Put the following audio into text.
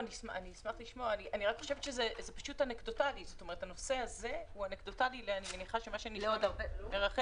אני חושבת שהנושא הזה הוא אנקדוטלי לכל